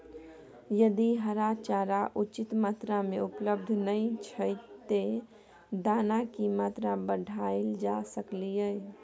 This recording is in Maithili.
यदि हरा चारा उचित मात्रा में उपलब्ध नय छै ते दाना की मात्रा बढायल जा सकलिए?